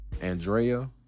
Andrea